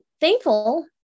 thankful